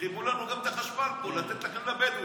כיבו לנו גם את החשמל פה, לתת לכם, אני